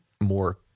more